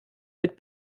mit